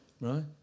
Right